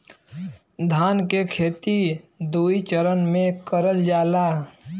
धान के खेती दुई चरन मे करल जाला